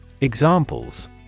Examples